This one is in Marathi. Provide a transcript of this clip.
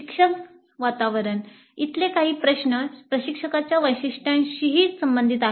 शिक्षण वातावरण इथले काही प्रश्न प्रशिक्षकांच्या वैशिष्ट्यांशीही संबंधित आहेत